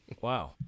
Wow